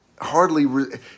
hardly